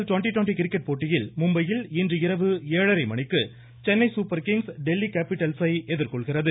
twenty twenty cricket போட்டியில் மும்பையில் இன்றிரவு ஏழரை மணிக்கு சென்னை சூப்பர் கிங்ஸ் டெல்லி கேபிட்டல்ஸை எதிர்கொள்கிறது